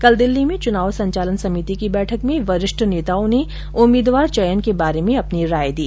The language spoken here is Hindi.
कल दिल्ली में चुनाव संचालन समिति की बैठक में वरिष्ठ नेताओं ने उम्मीदवार चयन के बारे में अपनी राय दी